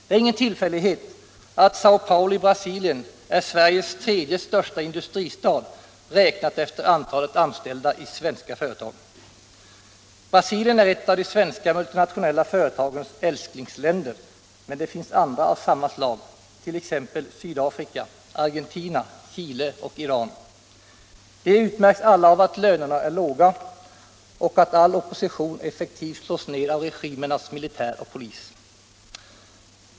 Det är ingen tillfällighet att Säo Paolo i Brasilien är Sveriges tredje största industristad, räknat efter antalet anställda i svenska företag. Brasilien är ett av de svenska multinationella företagens ”älsklingsländer”, men det finns andra av samma slag, t.ex. Sydafrika, Argentina, Chile och Iran. De utmärks alla av att lönerna är låga och att all opposition effektivt slås ned av regimernas militär och polis.